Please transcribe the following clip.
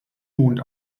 mond